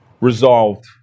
Resolved